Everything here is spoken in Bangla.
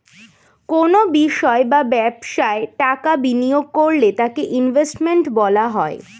কোনো বিষয় বা ব্যবসায় টাকা বিনিয়োগ করলে তাকে ইনভেস্টমেন্ট বলা হয়